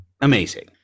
amazing